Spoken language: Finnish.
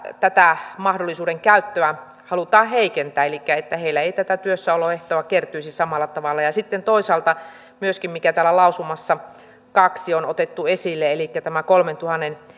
tätä mahdollisuuden käyttöä halutaan heikentää elikkä että heille ei tätä työssäoloehtoa kertyisi samalla tavalla ja sitten toisaalta myöskin on tämä mikä täällä lausumassa kaksi on otettu esille elikkä tämä kolmentuhannen